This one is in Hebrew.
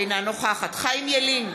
אינה נוכחת חיים ילין,